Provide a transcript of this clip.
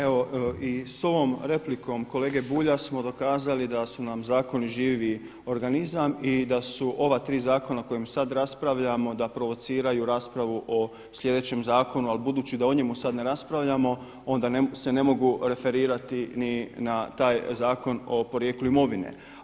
Evo i s ovom replikom kolege Bulja smo dokazali da su nam zakoni živi organizam i da su ova tri zakona o kojima sada raspravljamo da provociraju raspravu o sljedećem zakonu ali budući da o njemu sada ne raspravljamo onda se ne mogu referirati ni na taj Zakon o porijeklu imovine.